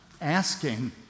Asking